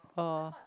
oh